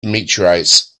meteorites